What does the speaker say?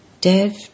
Dev